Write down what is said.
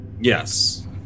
Yes